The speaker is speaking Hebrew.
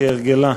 כהרגלה,